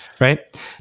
right